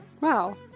Wow